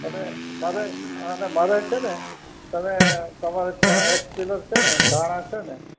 અને ધારે અને મારે છે ને તમે તમારા ત્યાં એક્સકેલસ છે ને ઘાણાં છે ને